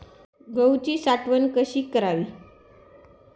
गहूची साठवण कशी करावी?